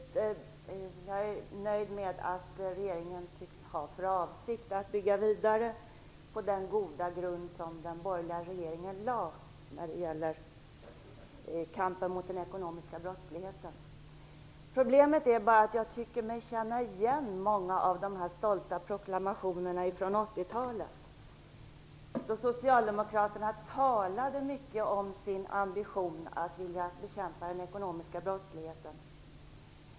Jag är nöjd med att regeringen tycks ha för avsikt att bygga vidare på den goda grund som den borgerliga regeringen lade när det gäller kampen mot den ekonomiska brottsligheten. Problemet är bara att jag tycker mig känna igen många av dessa stolta proklamationer ifrån 80-talet, då Socialdemokraterna talade mycket om sin ambition att bekämpa den ekonomiska brottsligheten.